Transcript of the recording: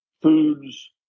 foods